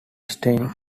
staining